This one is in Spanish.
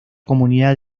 comunidad